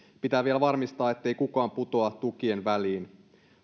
pitää vielä varmistaa ettei kukaan putoa tukien väliin